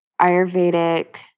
Ayurvedic